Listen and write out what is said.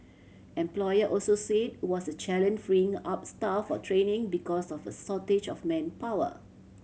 employer also said was a challenge freeing up staff for training because of a shortage of manpower